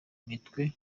mitwe